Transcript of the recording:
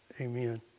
Amen